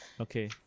Okay